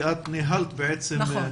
את ניהלת את --- נכון.